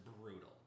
brutal